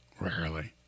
rarely